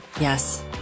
Yes